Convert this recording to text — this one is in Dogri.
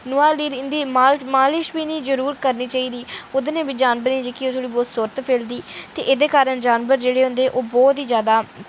मालिश बी इ'नें करनी चाहिदी ओह्दें नै जानवरें गी थुआढ़ी सुर्त फिरी जंदी एह्दे कारण जानवर जेह्ड़े होंदे ओह् बहुत जैदा